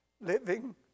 living